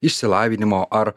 išsilavinimo ar